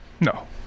No